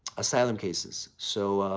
asylum cases. so,